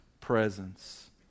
presence